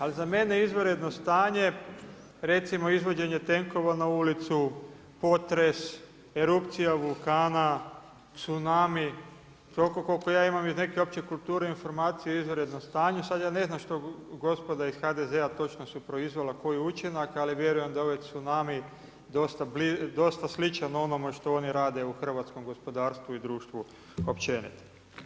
Ali za mene je izvanredno stanje recimo izvođenje tenkova na ulicu, potres, erupcija vulkana, cunami, toliko koliko ja imam iz neke opće kulture informacije o izvanrednom stanju, sada ja ne znam što gospoda iz HDZ-a točno su proizvela koji učinak, ali vjerujem da je ovaj cunami dosta sličan onome što oni rade u hrvatskom gospodarstvu i društvu općenito.